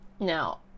Now